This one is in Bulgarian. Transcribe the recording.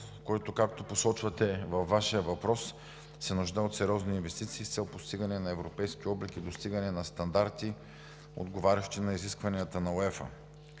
който, както посочвате във Вашия въпрос, се нуждае от сериозни инвестиции с цел постигане на европейски облик и достигане на стандарти, отговарящи на изискванията на УЕФА,